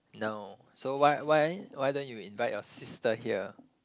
no so why why why don't you invite your sister here